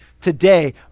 today